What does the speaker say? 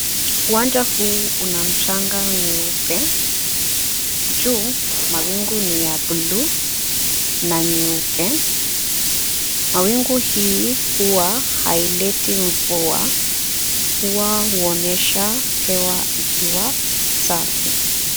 Uwanja hii una mchanga mweupe, juu mawingu ni ya buluu na nyeupe. Mawingu hii huwa haileti mvua wao huonyesha hewa ikiwa safi.